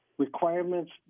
requirements